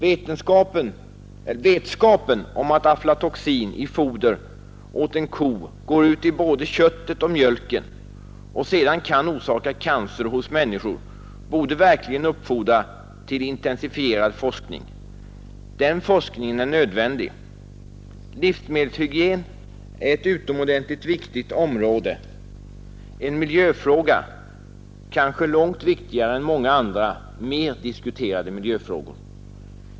Vetskapen om att aflatoxin i foder åt en ko går ut i både köttet och mjölken och sedan kan orsaka cancer hos människor borde verkligen uppfordra till intensifierad forskning. Den forskningen är nödvändig. Livsmedelshygien är ett utomordentligt viktigt område, en miljöfråga, kanske långt viktigare än många andra mer diskuterade miljöfrågor.